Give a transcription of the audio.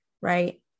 right